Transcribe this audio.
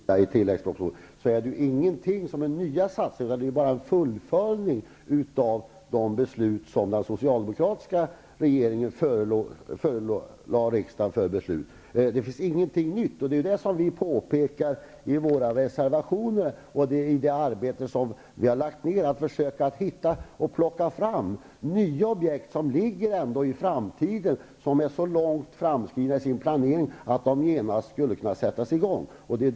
Fru talman! De nya satsningar som Elving Andersson menade att regeringen gör i kompletteringspropositionen är inte några nya satsningar, utan bara ett fullföljande av de förslag som den socialdemokratiska regeringen lade fram för riksdagen för beslut. Vi har i våra reservationer pekat på det arbete som vi har lagt ned på att försöka hitta objekt vars planering är så långt framskriden att de skulle kunna sättas i gång genast.